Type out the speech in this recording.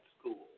school